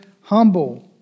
Humble